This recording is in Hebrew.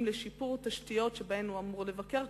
לשיפור תשתיות במקומות שבהם הוא אמור לבקר,